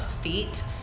Feet